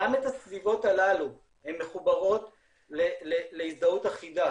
גם את הסביבות הללו, הן מחוברות להזדהות אחידה